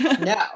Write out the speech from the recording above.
no